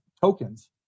tokens